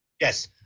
yes